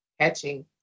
Catching